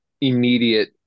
immediate